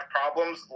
problems